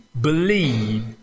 believe